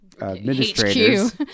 administrators